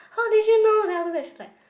how did you know then after that she's like